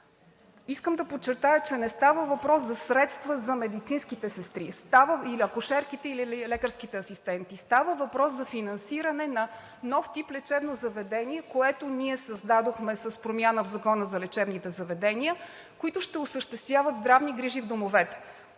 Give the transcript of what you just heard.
Искам да подчертая, че не става въпрос за средства за медицинските сестри, акушерките или лекарските асистенти. Става въпрос за финансиране на нов тип лечебно заведение, което ние създадохме с промяна в Закона за лечебните заведения, които ще осъществяват здравни грижи в домовете.